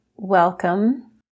welcome